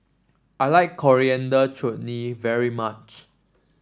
I like Coriander Chutney very much